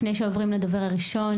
לפני שעוברים לדובר הראשון,